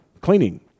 cleaning